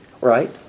right